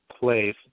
place